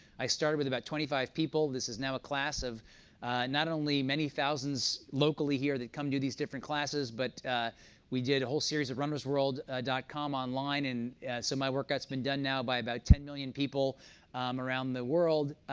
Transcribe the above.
i started with about twenty five people. this is now a class of not only many thousands locally here that come do these different classes, but we did a whole series of runnersworld dot com online, and so my workout's been done now by about ten million people around the world.